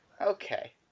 Okay